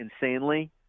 insanely